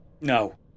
No